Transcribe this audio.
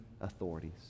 authorities